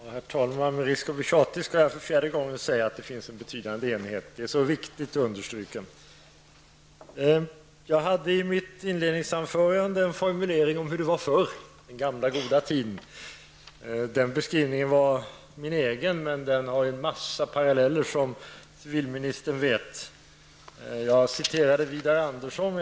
Herr talman! Med risk för att bli tjatig skall jag för fjärde gången säga att det finns en betydande enighet. Det är så viktigt att understryka. Jag hade i mitt inledningsanförande en formulering om hur det var förr, på den gamla goda tiden. Den beskrivningen var min egen, men den har en mängd paralleller som civilministern vet. Jag citerade Vidar Andersson.